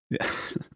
Yes